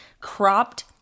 cropped